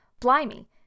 Blimey